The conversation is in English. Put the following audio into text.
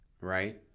right